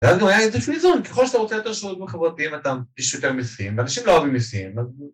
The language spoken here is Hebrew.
‫ואז גם היה איזשהו איזון. ‫ככל שאתה רוצה ‫יותר שירותים חברתיים, ‫יש יותר מיסים, ‫ואנשים לא אוהבים מיסים.